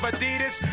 Adidas